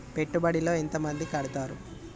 పెట్టుబడుల లో ఎంత మంది కడుతరు?